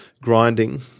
grinding